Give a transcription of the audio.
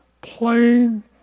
plain